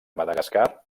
madagascar